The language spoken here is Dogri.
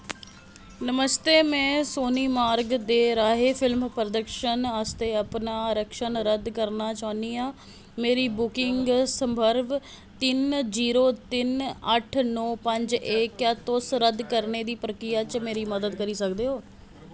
नमस्ते मैं सिनेमार्क दे राहें फिल्म प्रदर्शन आस्तै अपना आरक्षण रद्द करना चाह्न्नां मेरा बुकिंग संदर्भ तिन जीरो तिन अट्ठ नौ पंज ऐ क्या तुस रद्द करने दी प्रक्रिया च मेरी मदद करी सकदे ओ